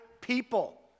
people